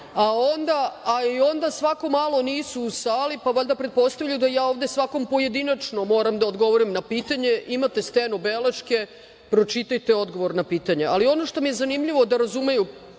a onda svako malo nisu u sali, pa valjda pretpostavljaju da ja ovde svakom pojedinačno moram da odgovaram na pitanje. Imate stenobeleške, pročitajte odgovor na pitanje. Ali, ono što mi je zanimljivo, da razumeju